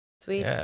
Sweet